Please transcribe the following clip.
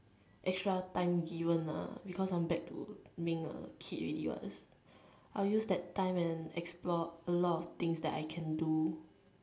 extra time given ah because I'm back to being a kid already what I will use that time and explore a lot of things that I can do